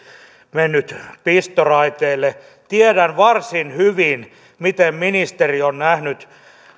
mennyt pistoraiteelle tiedän varsin hyvin miten ministeri on nähnyt